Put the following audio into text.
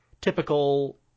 typical